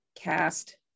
cast